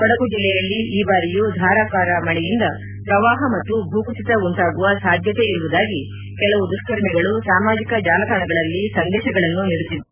ಕೊಡಗು ಜಿಲ್ಲೆಯಲ್ಲಿ ಈ ಬಾರಿಯೂ ಧಾರಾಕಾರ ಮಳೆಯಿಂದ ಶ್ರವಾಹ ಮತ್ತು ಭೂ ಕುಸಿತ ಉಂಟಾಗುವ ಸಾಧ್ವತೆ ಇರುವುದಾಗಿ ಕೆಲವು ದುಷ್ಕರ್ಮಿಗಳು ಸಾಮಾಜಿಕ ಜಾಲತಾಣಗಳಲ್ಲಿ ಸಂದೇತಗಳಲ್ಲಿ ನೀಡುತ್ತಿದ್ದಾರೆ